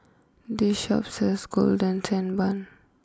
this Shop sells Golden Sand Bun